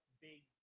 big